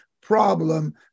problem